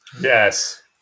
Yes